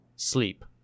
sleep